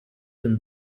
dem